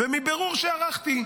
ומבירור שערכתי,